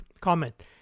Comment